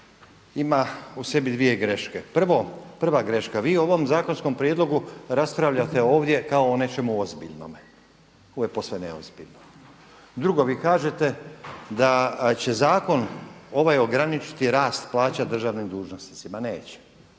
ima u sebi dvije greške. Prvo, prva greška, vi o ovom zakonskom prijedlogu raspravljate ovdje kao o nečemu ozbiljnome, ovo je posve neozbiljno. Drugo, vi kažete da će zakon ovaj ograničiti rast plaća državnim dužnosnicima. Neće,